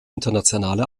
internationale